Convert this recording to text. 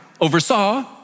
oversaw